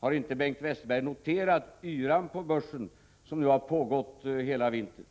Har inte Bengt Westerberg noterat yran på börsen som nu pågått hela vintern?